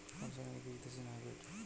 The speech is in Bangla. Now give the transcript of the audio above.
কোন শ্রেণীর বীজ দেশী না হাইব্রিড?